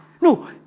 no